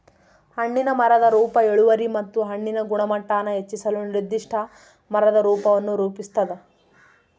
ಹಣ್ಣಿನ ಮರದ ರೂಪ ಇಳುವರಿ ಮತ್ತು ಹಣ್ಣಿನ ಗುಣಮಟ್ಟಾನ ಹೆಚ್ಚಿಸಲು ನಿರ್ದಿಷ್ಟ ಮರದ ರೂಪವನ್ನು ರೂಪಿಸ್ತದ